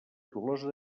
tolosa